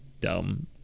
dumb